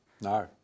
No